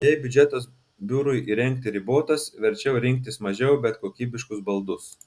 jei biudžetas biurui įrengti ribotas verčiau rinktis mažiau bet kokybiškus baldus